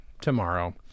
tomorrow